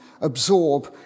absorb